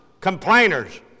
complainers